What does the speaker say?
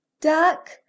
duck